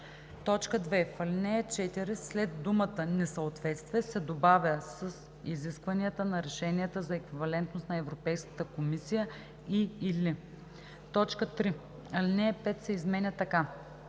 на“. 2. В ал. 4 след думата „несъответствие“ се добавя „с изискванията на решенията за еквивалентност на Европейската комисия и/или“. 3. Алинея 5 се изменя така: